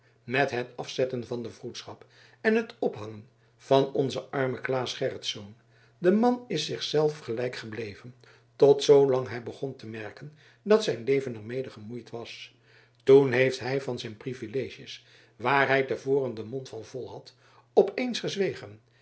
met het afzetten van de vroedschap en het ophangen van onzen armen claes gerritsz de man is zich zelf gelijk gebleven tot zoolang hij begon te merken dat zijn leven er mede gemoeid was toen heeft hij van zijn privileges waar hij te voren den mond van vol had op eens gezwegen